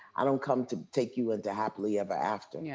i don't come to take you into happily ever after. yeah